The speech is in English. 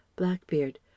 Blackbeard